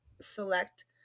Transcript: select